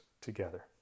together